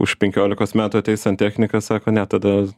už penkiolikos metų ateis santechnikas sako ne tada